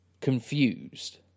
confused